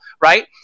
right